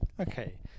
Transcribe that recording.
Okay